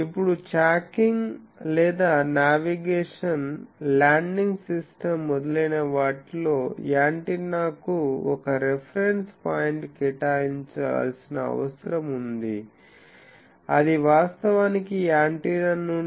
ఇప్పుడు చాకింగ్ లేదా నావిగేషన్ ల్యాండింగ్ సిస్టమ్ మొదలైన వాటిలో యాంటెన్నాకు ఒక రిఫరెన్స్ పాయింట్ కేటాయించాల్సిన అవసరం ఉంది అది వాస్తవానికి యాంటెన్నా నుండి